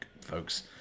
folks